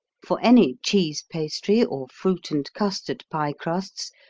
for any cheese pastry or fruit and custard pie crusts,